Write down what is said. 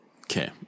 Okay